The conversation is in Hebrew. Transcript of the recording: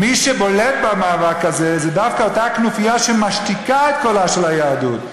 מי שבולטת במאבק הזה היא דווקא אותה כנופיה שמשתיקה את קולה של היהדות,